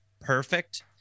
perfect